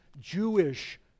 Jewish